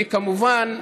וכמובן,